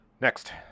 Next